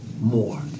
more